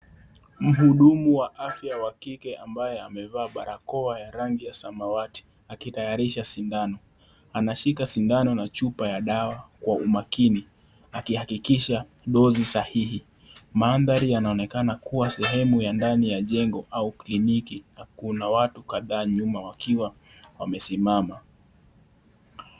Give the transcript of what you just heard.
Mhudumu wa afya wa kike ambaye amevaa barakoa ya rangi ya samawati akitayarisha sindano, anashika sindano na chupa ya dawa kwa umakini akihakikisha dosi sahihi. Maadhari yanaonekana kuwa sehemu ya ndani ya jengo au kliniki. Kuna watu kadhaa nyuma wakiwa wamesimama.